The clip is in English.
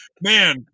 Man